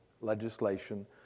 legislation